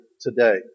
today